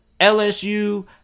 LSU